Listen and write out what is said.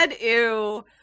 ew